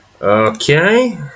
Okay